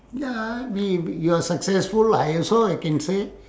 ya we you are successful I also I can say